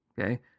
Okay